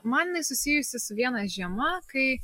man jinai susijusi su viena žiema kai